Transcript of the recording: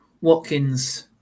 Watkins